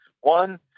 One